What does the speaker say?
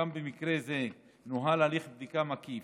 גם במקרה זה נוהל הליך בדיקה מקיף,